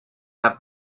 have